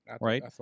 right